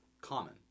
common